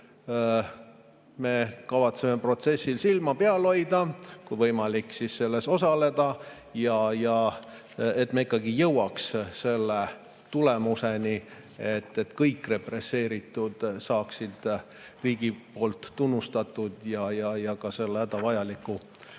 me kavatseme protsessil silma peal hoida ja kui võimalik, siis selles osaleda, et me ikkagi jõuaksime selle tulemuseni, et kõik represseeritud saaksid riigi tunnustuse ja ka hädavajaliku